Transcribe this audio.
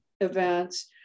events